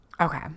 Okay